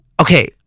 Okay